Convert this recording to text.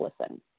listen